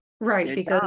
Right